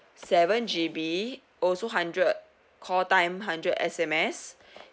seven G_B also hundred call time hundred S_M_S